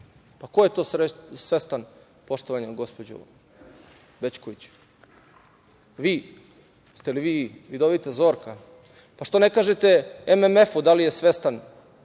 Pa, ko je to svestan, poštovana gospođo Bećković? Vi? Jeste li vi vidovita Zorka? Što ne kažete MMF-u da li je svestan